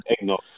eggnog